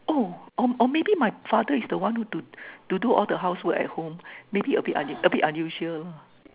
oh oh oh maybe my father is the one who do to do all the housework at home maybe a bit on the a bit unusual